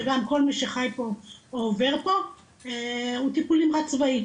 וגם כל מי שחי פה או עובר פה הוא טיפול נמרץ צבאי,